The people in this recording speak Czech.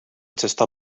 cesta